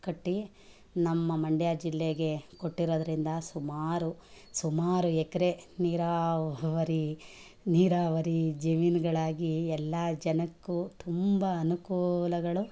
ಕಟ್ಟಿ ನಮ್ಮ ಮಂಡ್ಯ ಜಿಲ್ಲೆಗೆ ಕೊಟ್ಟಿರೋದರಿಂದ ಸುಮಾರು ಸುಮಾರು ಎಕರೆ ನೀರಾ ವರಿ ನೀರಾವರಿ ಜಮೀನುಗಳಾಗಿ ಎಲ್ಲ ಜನಕ್ಕೂ ತುಂಬ ಅನುಕೂಲಗಳು